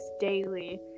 daily